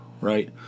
right